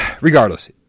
regardless